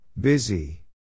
Busy